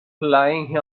laying